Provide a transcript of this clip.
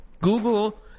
Google